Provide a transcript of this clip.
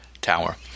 tower